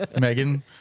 Megan